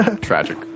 tragic